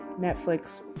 Netflix